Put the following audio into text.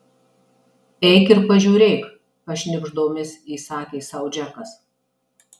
eik ir pažiūrėk pašnibždomis įsakė sau džekas